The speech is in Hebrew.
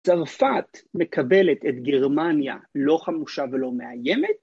צרפת מקבלת את גרמניה לא חמושה ולא מאיימת?